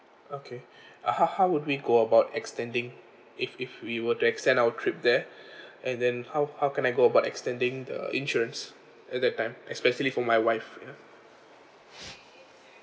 okay how how would we go about extending if if we were to extend our trip there and then how how can I go about extending the insurance at that time especially for my wife ya